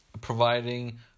providing